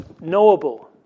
knowable